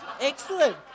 Excellent